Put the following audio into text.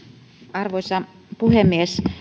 arvoisa puhemies